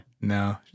No